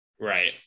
right